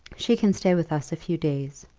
she can stay with us a few days.